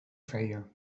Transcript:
feia